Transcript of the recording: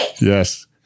Yes